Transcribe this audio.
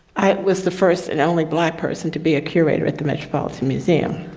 i was the first and only black person to be a curator at the metropolitan museum.